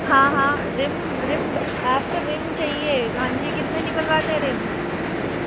हाँ हाँ ream ream आपको रिम चहिए हाँ जी कितने निकलवा दें रिम